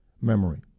memory